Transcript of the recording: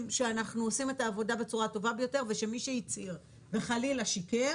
שאנחנו עושים את העבודה בצורה הטובה ביותר ושמי שהצהיר וחלילה שיקר